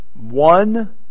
one